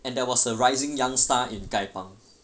and there was a rising young star in 丐帮